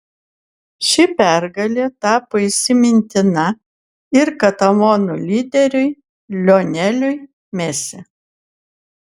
ši pergalė tapo įsimintina ir katalonų lyderiui lioneliui messi